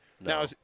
Now